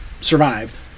survived